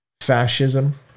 fascism